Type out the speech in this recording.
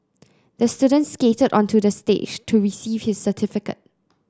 the student skated onto the stage to receive his certificate